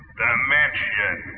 dimension